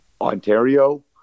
Ontario